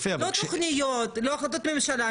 לא תכניות, לא החלטות ממשלה.